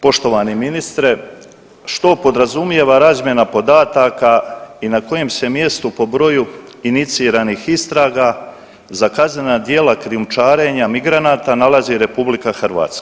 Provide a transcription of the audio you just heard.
Poštovani ministre, što podrazumijeva razmjena podataka i na kojem se mjestu po broju iniciranih istraga za kaznena djela krijumčarenja migranata nalazi RH?